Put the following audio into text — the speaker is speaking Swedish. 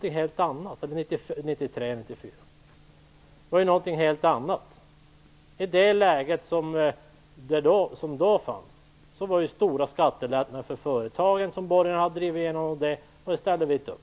I det dåvarande läget hade borgarna drivit igenom stora skattelättnader för företagen, och det ställde vi oss inte bakom.